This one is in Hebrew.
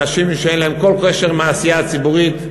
אנשים שאין להם כל קשר לעשייה הציבורית.